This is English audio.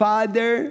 Father